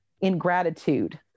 ingratitude